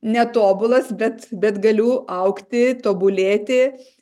netobulas bet bet galiu augti tobulėti